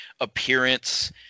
appearance